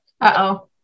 Uh-oh